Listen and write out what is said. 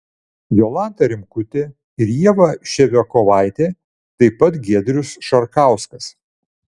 jolanta rimkutė ir ieva ševiakovaitė taip pat giedrius šarkauskas